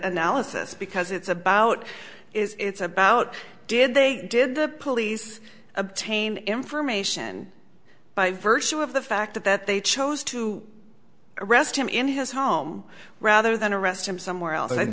analysis because it's about is it's about did they did the police obtain information by virtue of the fact that they chose to arrest him in his home rather than arrest him somewhere else